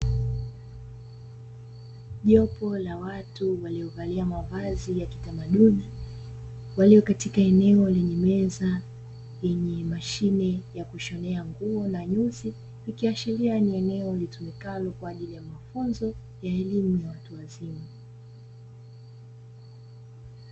Jopo la watu waliovalia mavazi ya kitamaduni walio katika eneo lenye meza lenye mashine ya kushonea nguo na kudarizi, ikiashiria ni eneo litumikalo kwajili ya mafunzo na elimu ya watu wazima.